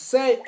Say